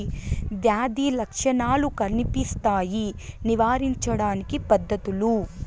వ్యాధి లక్షణాలు కనిపిస్తాయి నివారించడానికి పద్ధతులు?